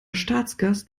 staatsgast